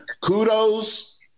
kudos